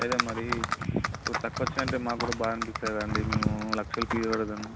అదే మరీ తక్కువ వచ్చాయంటే మాక్కూడా బాధ అనిపిస్తుంది కదండి మేము లక్షలు ఫీజు కడుతున్నాం